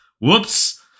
whoops